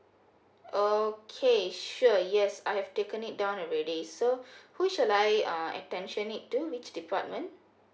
okay sure yes I've taken it down already so who should I uh attention it to which department